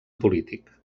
polític